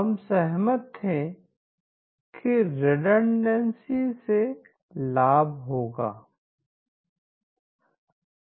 हम सहमत थे कि रिडंडेंसी के लाभ होंगे